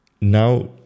now